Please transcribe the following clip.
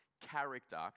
character